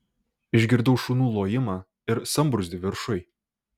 išgirdau šunų lojimą ir sambrūzdį viršuj